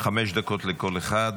חמש דקות לכל אחד.